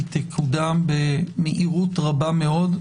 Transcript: היא תקודם במהירות רבה מאוד,